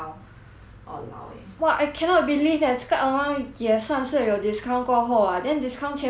!wah! I cannot believe that 这个 amount 也算是有 discount 过后 ah then discount 前不是 like 几百块 liao